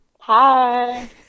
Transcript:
Hi